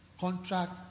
contract